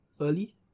early